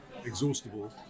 exhaustible